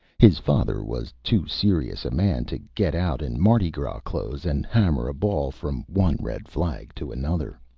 his father was too serious a man to get out in mardi gras clothes and hammer a ball from one red flag to another.